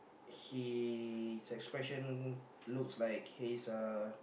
he's expression looks like he's uh